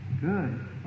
Good